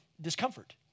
discomfort